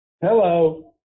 Hello